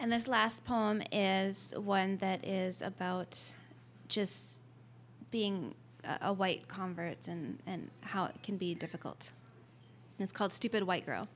and this last poem is one that is about just being a white converts and how it can be difficult it's called stupid white g